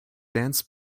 dance